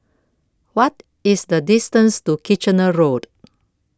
What IS The distance to Kitchener Road